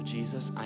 Jesus